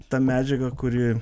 ta medžiaga kuri